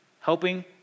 helping